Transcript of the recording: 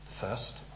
First